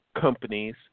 companies